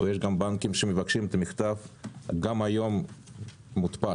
יש בנקים שמבקשים את המכתב גם היום מודפס.